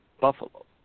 Buffalo